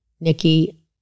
Nikki